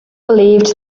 believed